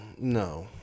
no